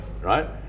right